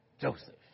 Joseph